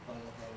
好啦好啦